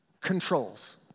controls